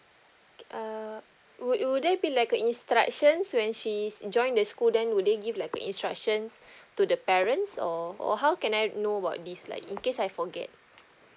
err would would there be like a instructions when she's join the school then would they give like instructions to the parents or or how can I don't know about this like in case I forget